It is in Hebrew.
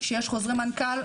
שיש חוזרי מנכ"ל,